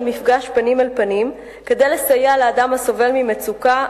מפגש פנים אל פנים כדי לסייע לאדם הסובל ממצוקה,